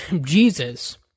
Jesus